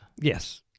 Yes